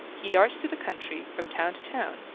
he darts through the country, from town to town,